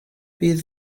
bydd